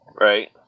Right